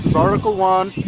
article one,